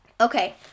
Okay